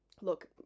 Look